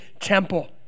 temple